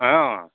অঁ